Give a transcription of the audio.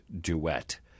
duet